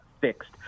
fixed